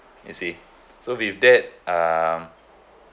you see so with that um